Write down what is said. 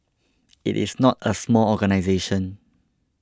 it is not a small organisation